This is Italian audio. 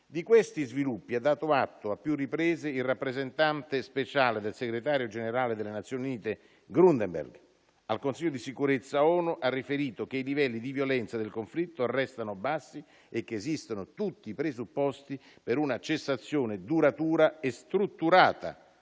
Di questi sviluppi ha dato atto, a più riprese, l'inviato speciale per lo Yemen del segretario generale delle Nazioni Unite Grundberg: al Consiglio di sicurezza ONU ha riferito che i livelli di violenza del conflitto restano bassi e che esistono tutti i presupposti per una cessazione duratura e strutturata